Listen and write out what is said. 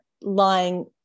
lying